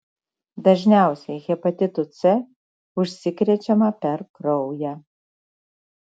dažniausiai hepatitu c užsikrečiama per kraują